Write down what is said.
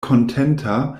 kontenta